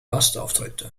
gastauftritte